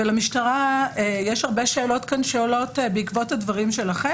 ולמשטרה יש הרבה שאלות שעולות כאן בעקבות הדברים שלכם.